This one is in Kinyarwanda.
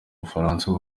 bafaransa